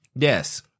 Yes